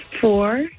Four